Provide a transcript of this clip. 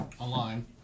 online